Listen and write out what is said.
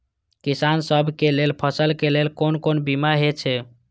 किसान सब के फसल के लेल कोन कोन बीमा हे छे?